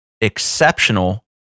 exceptional